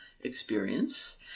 experience